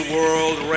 World